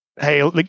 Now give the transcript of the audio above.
hey